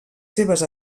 seves